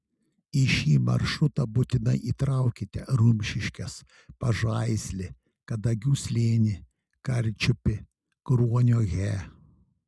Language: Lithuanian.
į šį maršrutą būtinai įtraukite rumšiškes pažaislį kadagių slėnį karčiupį kruonio he